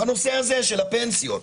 בנושא הזה של הפנסיות.